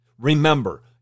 Remember